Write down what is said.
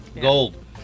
Gold